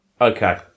okay